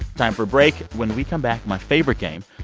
time for a break. when we come back, my favorite game,